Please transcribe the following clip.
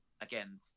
Again